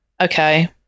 Okay